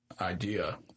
idea